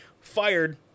Fired